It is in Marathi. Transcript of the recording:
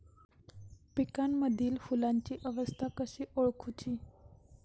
पिकांमदिल फुलांची अवस्था कशी ओळखुची?